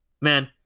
man